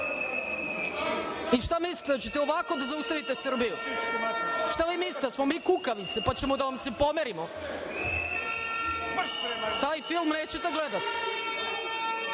I, šta mislite da ćete ovako da zaustavite Srbiju? Šta vi mislite da smo mi kukavice, pa ćemo da vam se pomerimo? Taj film nećete gledati.